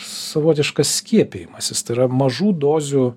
savotiškas skiepijimasis tai yra mažų dozių